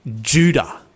Judah